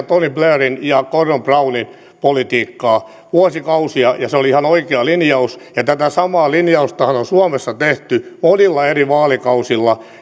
tony blairin ja gordon brownin politiikkaa vuosikausia ja se oli ihan oikea linjaus tätä samaa linjaustahan on suomessa tehty monilla eri vaalikausilla